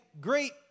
great